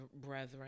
brethren